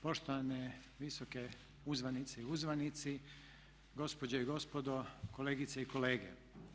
Poštovane visoke uzvanice i uzvanici, gospođe i gospodo, kolegice i kolege.